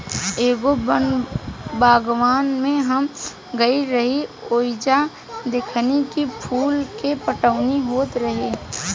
एगो बागवान में हम गइल रही ओइजा देखनी की फूल के पटवनी होत रहे